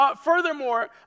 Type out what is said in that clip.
Furthermore